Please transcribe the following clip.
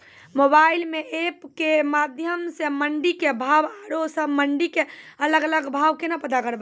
Mobile म app के माध्यम सऽ मंडी के भाव औरो सब मंडी के अलग अलग भाव केना पता करबै?